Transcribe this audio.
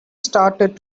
started